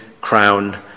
crown